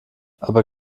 aber